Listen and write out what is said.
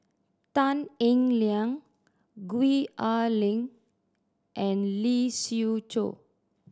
Tan Eng Liang Gwee Ah Leng and Lee Siew Choh